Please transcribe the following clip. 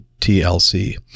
TLC